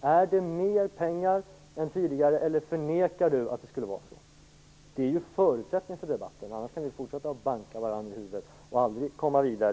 Finns det mer pengar än tidigare eller förnekar hon det? Detta är ju förutsättningen för debatten. Annars kan vi fortsätta att banka varandra i huvudet och aldrig komma vidare.